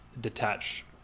detach